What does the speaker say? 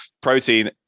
protein